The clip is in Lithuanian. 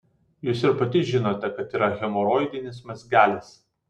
jūs ir pati žinote kad yra hemoroidinis mazgelis